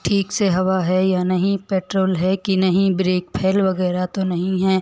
ठीक से हवा है या नहीं पेट्रोल है कि नहीं ब्रेक फेल वग़ैरह तो नहीं है